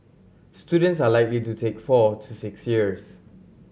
students are likely to take four to six years